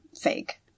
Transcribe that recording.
fake